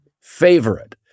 favorite